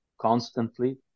constantly